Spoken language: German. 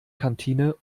kantine